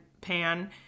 pan